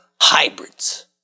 hybrids